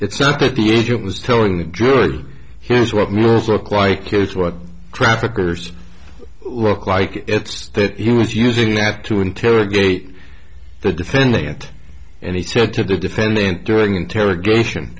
it's not that the agent was telling the jury here's what mills look like it's what traffickers look like it's that he was using that to interrogate the defendant and he said to the defendant during interrogation